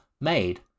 made